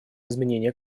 изменения